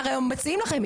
הרי הם מציעים לכם,